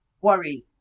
worry